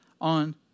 on